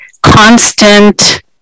constant